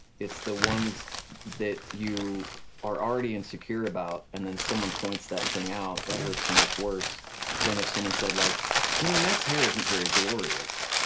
it's the ones that you are already insecure about, and then someone points that thing out, that hurts so much worse than if someone said like you know matt's hair isn't very glorious.